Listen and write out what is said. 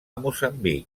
moçambic